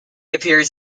appears